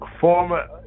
former